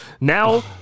Now